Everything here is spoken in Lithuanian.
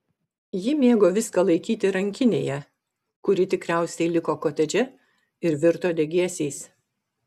ji mėgo viską laikyti rankinėje kuri tikriausiai liko kotedže ir virto degėsiais